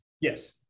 yes